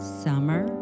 summer